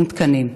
אין תקנים,